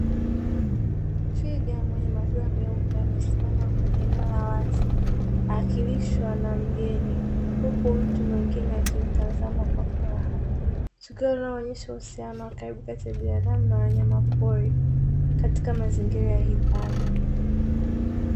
Twiga mwenye madoa meupe amesimama kwenye eneo la wazi, akilishwa na mgeni huku mtu mwingine akimtazama kwa furaha, tukio linalo onyesha ukaribu baina ya binadamu na wanyama pori katika mazingira ya hifadhi.